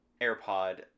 AirPod